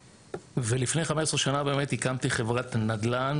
ולפני 15 שנה באמת הקמתי חברת נדל"ן